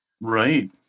right